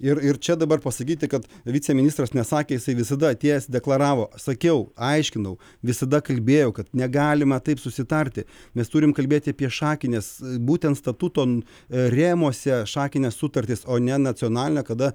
ir ir čia dabar pasakyti kad viceministras nesakė jisai visada atėjęs deklaravo sakiau aiškinau visada kalbėjau kad negalima taip susitarti mes turim kalbėti apie šakines būtent statuto rėmuose šakines sutartis o ne nacionalinę kada